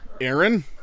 Aaron